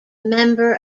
member